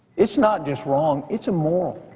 it's not just wrong, it's immoral.